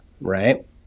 Right